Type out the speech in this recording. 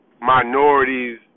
minorities